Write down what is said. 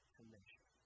Commission